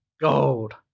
Gold